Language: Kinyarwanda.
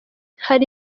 hari